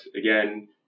again